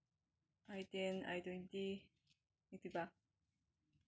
I ten I twenty Activa